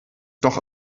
doch